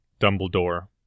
Dumbledore